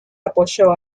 apoyó